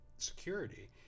Security